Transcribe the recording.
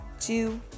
two